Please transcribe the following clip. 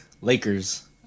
Lakers